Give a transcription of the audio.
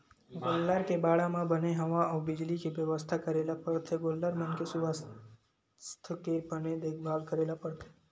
गोल्लर के बाड़ा म बने हवा अउ बिजली के बेवस्था करे ल परथे गोल्लर मन के सुवास्थ के बने देखभाल करे ल परथे